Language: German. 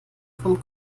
vom